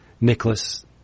Nicholas